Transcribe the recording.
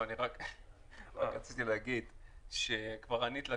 3. תחילתן של תקנות אלה